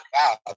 wow